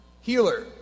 healer